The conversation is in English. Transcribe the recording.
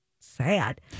sad